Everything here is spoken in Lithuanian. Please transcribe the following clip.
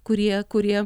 kurie kurie